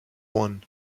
one